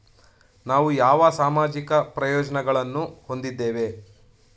ನಾವು ಯಾವ ಸಾಮಾಜಿಕ ಪ್ರಯೋಜನಗಳನ್ನು ಹೊಂದಿದ್ದೇವೆ?